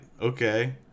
okay